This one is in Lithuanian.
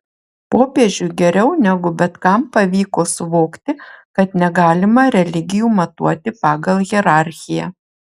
popiežiui geriau negu bet kam pavyko suvokti kad negalima religijų matuoti pagal hierarchiją